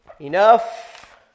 Enough